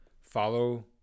follow